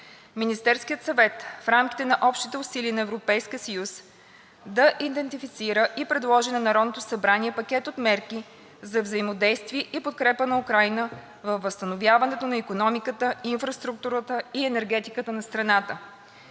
Министерският съвет в рамките на общите усилия на Европейския съюз да идентифицира и предложи на Народното събрание пакет от мерки за взаимодействие и подкрепа на Украйна във възстановяването на икономиката, инфраструктурата и енергетиката на страната.